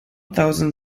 thousand